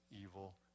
evil